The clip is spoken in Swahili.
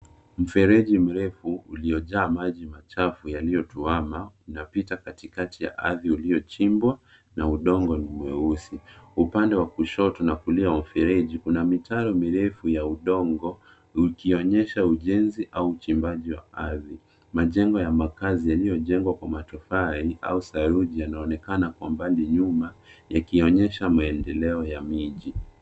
Mfereji mrefu uliojaa maji machafu yaliyotuama, unapitia katikati ya ardhi uliochimbwa na udongo ni mweusi. Upande wa kushoto na kulia wa mfereji, kuna mitaro mirefu ya udongo ikionyesha ujenzi au uchimbaji wa ardhi. Majengo ya makazi yaliyojengwa kwa matofari au saruji yanaonekana kwa mbali nyuma yakionyesha maendeleo ya miji.